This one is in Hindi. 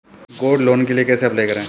गोल्ड लोंन के लिए कैसे अप्लाई करें?